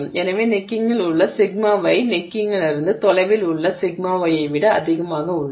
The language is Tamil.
எனவே கழுத்தில் உள்ள σy கழுத்திலிருந்து தொலைவில் உள்ள σy ஐ விட அதிகமாக உள்ளது